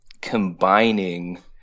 combining